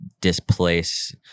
displace